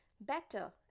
better